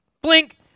blink